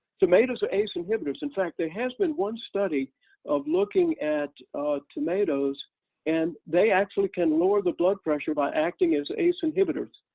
tomatoes ace inhibitors. in fact there has been one study of looking at tomatoes and they actually can lower the blood pressure by acting as ace inhibitors.